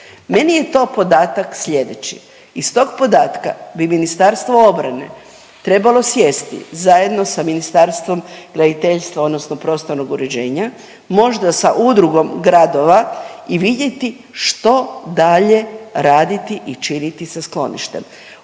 Meni je to podatak slijedeći. Iz tog podatka bi Ministarstvo obrane trebalo sjesti zajedno sa Ministarstvom graditeljstva odnosno prostornog uređenja, možda sa udrugom gradova i vidjeti što dalje raditi i činiti sa skloništem.